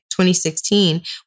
2016